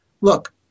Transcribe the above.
look